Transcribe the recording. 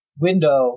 window